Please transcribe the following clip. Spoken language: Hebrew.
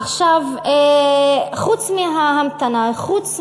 עכשיו, חוץ מההמתנה, חוץ